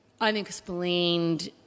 unexplained